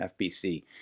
FBC